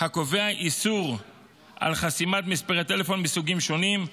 הקובע איסור חסימת מספרי טלפון מסוגים שונים,